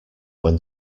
when